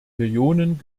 millionen